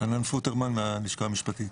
חנן פוטרמן מהלשכה המשפטית.